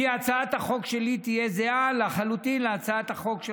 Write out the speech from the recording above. כי הצעת החוק שלי תהיה זהה לחלוטין להצעת החוק של